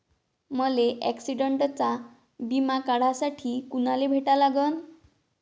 मले ॲक्सिडंटचा बिमा काढासाठी कुनाले भेटा लागन?